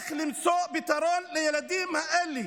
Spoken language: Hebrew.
איך למצוא פתרון לילדים האלה.